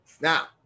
Now